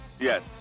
Yes